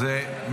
תודה רבה.